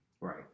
Right